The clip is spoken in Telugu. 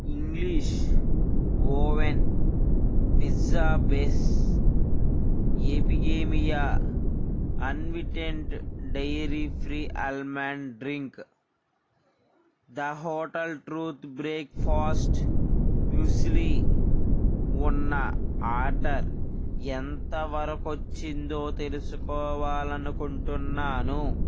English oven pizza base Epigamia anvitent dairy free almond drink the hotel truth breakfast muesli ఉన్న ఆర్డర్ ఎంతవరకొచ్చిందో తెలుసుకోవాలనుకుంటున్నాను